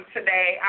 Today